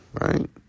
Right